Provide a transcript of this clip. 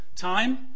time